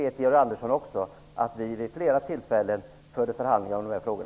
Men Georg Andersson vet också att vi vid flera tillfällen förde förhandlingar i dessa frågor.